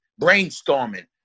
brainstorming